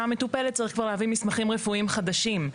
מטופלת צריך כבר להביא מסמכים רפואיים חדשים,